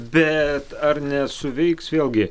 bet ar nesuveiks vėlgi